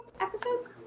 episodes